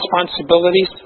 responsibilities